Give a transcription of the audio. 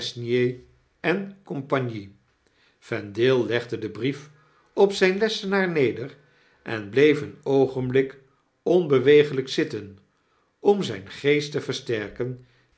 en cie vendale legde den brief op zp lessenaar neder en bleef een oogenblik onbeweeglp zitten om zijn geest te versterken